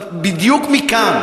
בדיוק מכאן: